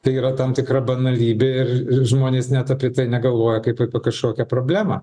tai yra tam tikra banalybė ir žmonės net apie tai negalvoja kaip apie kažkokią problemą